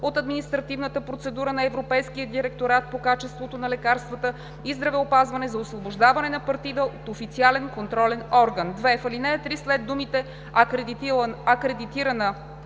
от административната процедура на Европейския директорат по качеството на лекарствата и здравеопазване за освобождаване на партида от официален контролен орган.“ 2. В ал. 3 след думите „акредитирана